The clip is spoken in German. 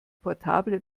portable